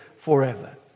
forever